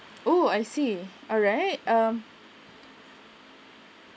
oh I see alright um